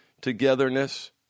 togetherness